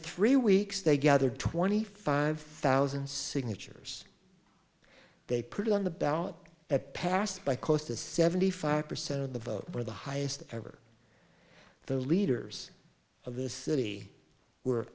three weeks they gathered twenty five thousand signatures they put it on the ballot that passed by close to seventy five percent of the vote were the highest ever the leaders of this city were